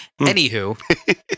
Anywho